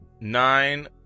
Nine